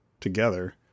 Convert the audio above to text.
together